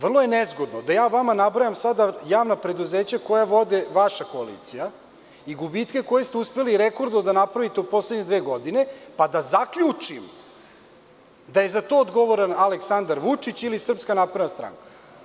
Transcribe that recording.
Vrlo je nezgodno da ja vama nabrajam sada javna preduzeća koje vodi vaša koalicija i gubitke koje ste uspeli rekordno da napravite u poslednje dve godine, pa da zaključim da je za to odgovoran Aleksandar Vučić ili SNS.